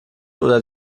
oder